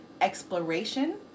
exploration